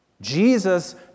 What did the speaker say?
Jesus